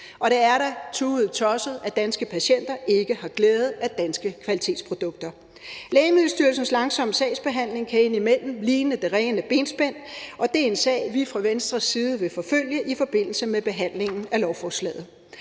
Og det er da tudetosset, at danske patienter ikke har glæde af danske kvalitetsprodukter. Lægemiddelstyrelsens langsomme sagsbehandling kan indimellem ligne det rene benspænd, og det er en sag, vi fra Venstres side vil forfølge i forbindelse med behandlingen af lovforslaget.